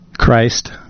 christ